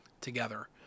together